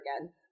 again